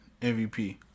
MVP